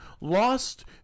lost